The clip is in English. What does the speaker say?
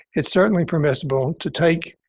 it's certainly permissible to take